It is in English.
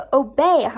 obey